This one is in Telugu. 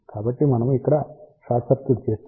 కాబట్టి మనము ఇక్కడ షార్ట్ సర్క్యూట్ చేస్తే